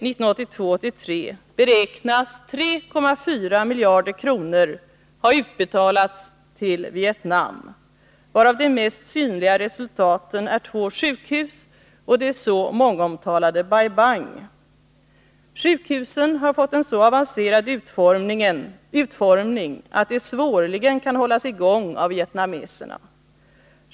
1982/83 beräknas 3,4 miljarder kronor ha utbetalats till Vietnam, varav de mest synliga resultaten är två sjukhus och det så mångomtalade Bai Bang. Sjukhusen har fått en så avancerad utformning att de svårligen kan hållas i gång av vietnameserna.